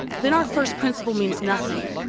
then our first principle means nothing.